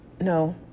no